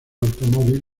automóvil